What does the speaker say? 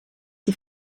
die